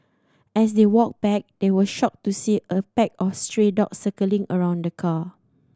as they walked back they were shocked to see a pack of stray dogs circling around the car